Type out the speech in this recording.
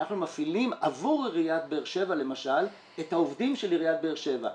אנחנו מפעילים עבור עיריית באר שבע למשל את העובדים של עיריית באר שבע.